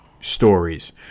stories